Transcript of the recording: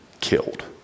killed